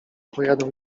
pojadą